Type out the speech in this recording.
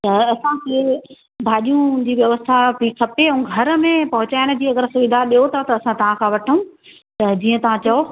त असांखे भाजियूं हूंदी अथव असांखे खपे ऐं घर में पहुचाइण जी अगरि सुविधा ॾियो था त असां तव्हांखां वठूं त जीअं तव्हां चओ